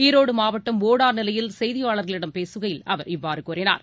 ஈரோடு மாவட்டம் ஓடாநிலையில் செய்தியாளர்களிடம் பேசுகையில் அவர் இவ்வாறு கூறினார்